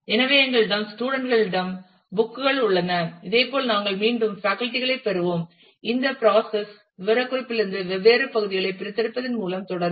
எனவே எங்களிடம் ஸ்டூடண்ட் களிடம் புக் கள் உள்ளன இதேபோல் நாங்கள் மீண்டும் பேக்கல்டி களைப் பெறுவோம் இந்த பிராசஸ் விவரக்குறிப்பிலிருந்து வெவ்வேறு பகுதிகளைப் பிரித்தெடுப்பதன் மூலம் தொடரும்